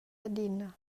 adina